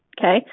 Okay